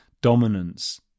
Dominance